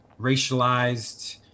racialized